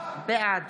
בעד